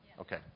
Okay